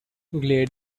glad